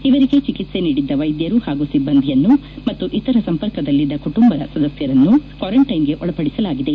ಇವರಿಗೆ ಚಿಕಿತ್ಸೆ ನೀಡಿದ್ದ ವೈದ್ಧರು ಹಾಗೂ ಿಬ್ಬಂದಿಯನ್ನು ಹಾಗೂ ಇತರ ಸಂಪರ್ಕದಲ್ಲಿದ್ದ ಕುಟುಂಬದ ಸದಸ್ಕರನ್ನು ಕ್ವಾರೆಂಟೈನ್ಗೆ ಒಳಪಡಿಸಲಾಗಿದೆ